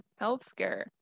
healthcare